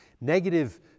negative